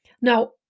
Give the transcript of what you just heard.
Now